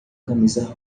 camisa